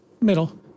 Middle